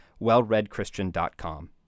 wellreadchristian.com